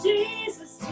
Jesus